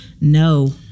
No